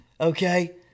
Okay